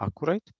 accurate